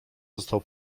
został